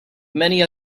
many